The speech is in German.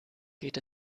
geht